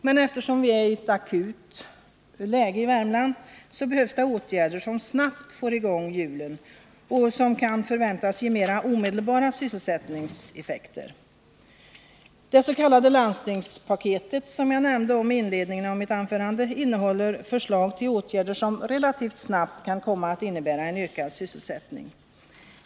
Men eftersom vi är i ett akut läge i Värmland behövs åtgärder som snabbt får i gång hjulen och som kan förväntas ge mera omedelbara sysselsättningseffekter. Det s.k. landstingspaketet, som jag nämnde i inledningen av mitt anförande, innehåller förslag till åtgärder som relativt snabbt kan komma att innebära en ökad sysselsättning.